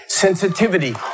sensitivity